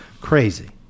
Crazy